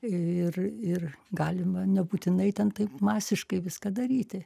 ir ir galima nebūtinai ten taip masiškai viską daryti